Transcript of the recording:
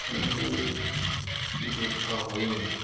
ଏମିତି ଯୁଦ୍ଧ ହୋଇନି